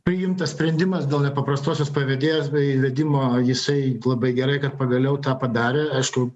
priimtas sprendimas dėl nepaprastosios padėties bei įvedimo jisai labai gerai kad pagaliau tą padarė aišku